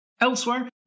Elsewhere